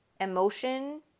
emotion